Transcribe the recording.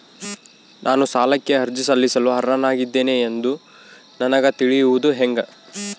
ನಾನು ಸಾಲಕ್ಕೆ ಅರ್ಜಿ ಸಲ್ಲಿಸಲು ಅರ್ಹನಾಗಿದ್ದೇನೆ ಎಂದು ನನಗ ತಿಳಿಯುವುದು ಹೆಂಗ?